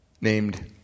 named